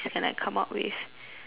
uh